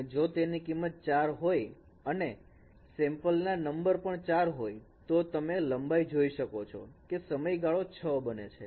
અને જો તેની કિંમત 4 હોય અને સેમ્પલ ના નંબર પણ 4 હોય તો તમે લંબાઈ જોઈ શકો છો કે સમયગાળો 6 બને છે